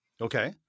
Okay